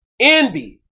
Envy